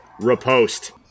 Repost